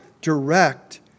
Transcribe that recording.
direct